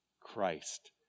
Christ